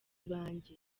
banjye